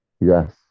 Yes